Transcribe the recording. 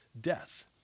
death